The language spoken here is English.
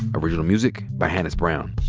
original music by hannis brown.